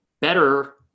better